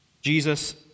Jesus